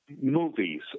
movies